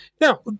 Now